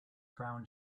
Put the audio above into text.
crown